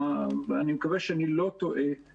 אני מקווה שאני לא טועה,